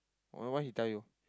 I don't know what he tell you